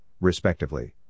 respectively